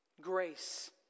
grace